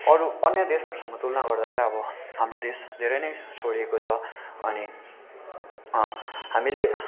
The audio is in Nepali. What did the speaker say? अरू अन्य देशहरूसँग तुलना गर्दा चाहिँ अब हाम्रो देश धेरै नै छोडिएको छ अनि हामीले